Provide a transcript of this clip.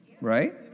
Right